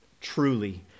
Truly